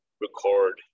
record